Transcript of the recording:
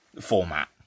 format